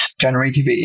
generative